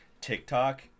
TikTok